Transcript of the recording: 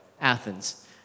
Athens